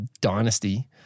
dynasty